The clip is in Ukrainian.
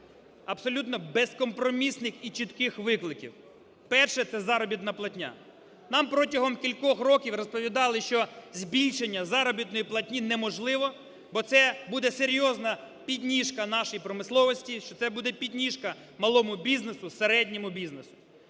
абсолютно безкомпромісних і чітких викликів. Перше – це заробітна платня. Нам протягом кількох років розповідали, що збільшення заробітної платні неможливо, бо це буде серйозна підніжка нашої промисловості, що це буде підніжка малому бізнесу, середньому бізнесу.